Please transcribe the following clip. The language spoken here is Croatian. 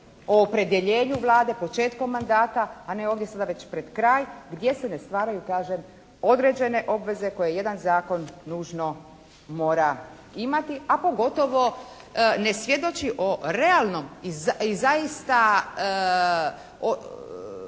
o opredjeljenju Vlade početkom mandata, a ne ovdje sada već pred kraj gdje se ne stvaraju, kažem, određene obveze koje jedan zakon nužno mora imati, a pogotovo ne svjedoči o realnom i zaista